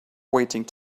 waiting